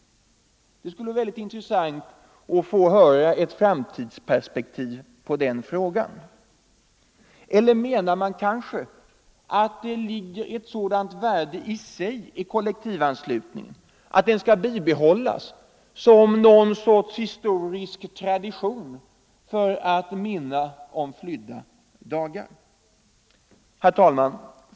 Att få den frågan belyst i ett framtidsperspektiv skulle vara intressant. Eller menar man kanske att det ligger ett sådant värde i sig i kollektivanslutningen att den skall bibehållas som någon sorts historisk tradition för att minna om flydda dagar? Herr talman!